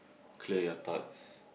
clear your thoughts